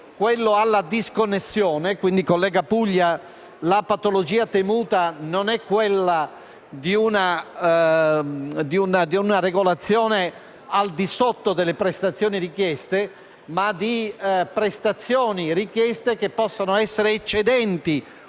quello alla disconnessione. Quindi - e mi rivolgo al senatore Puglia - la patologia temuta non è quella di una regolazione al di sotto delle prestazioni richieste, ma di prestazioni richieste che possano essere eccedenti